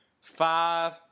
Five